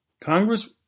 Congress